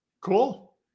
Cool